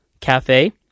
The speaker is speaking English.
Cafe